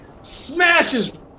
smashes